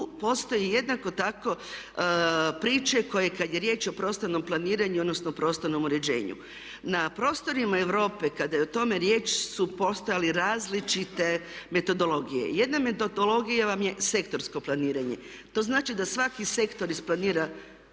postoje jednako tako priče koje kada je riječ o prostornom planiranju, odnosno prostornom uređenju. Na prostorima Europe kada je o tome riječ su postojale različite metodologije. Jedna metodologija vam je sektorsko planiranje, to znači da svaki sektor isplanira